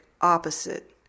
opposite